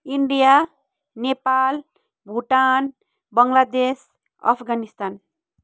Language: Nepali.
इन्डिया नेपाल भुटान बङ्गलादेश अफगानिस्तान